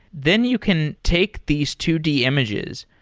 then you can take these two d images,